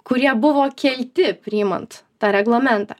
kurie buvo kelti priimant tą reglamentą